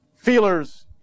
Feelers